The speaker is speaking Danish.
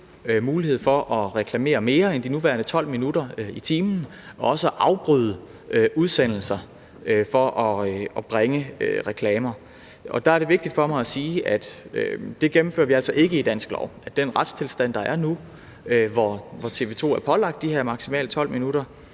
mulighed for at reklamere mere end de nuværende 12 minutter i timen og også at afbryde udsendelser for at bringe reklamer. Der er det vigtigt for mig at sige, at det gennemfører vi altså ikke i dansk lov. Den retstilstand, der er nu, hvor TV 2 er pålagt de her maksimalt 12 minutter